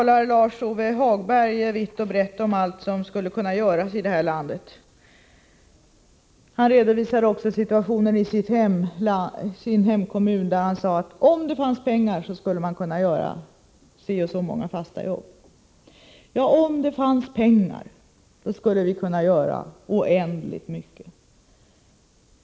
Lars-Ove Hagberg talade vitt och brett om allt som skulle kunna göras i det här landet. Han redovisade också situationen i sin hemkommun, och sade att om det fanns pengar skulle man kunna ordna si och så många fasta arbetstillfällen. Om det fanns pengar skulle vi kunna göra oändligt mycket.